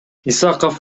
исаков